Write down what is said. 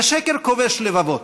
זה שקר כובש לבבות,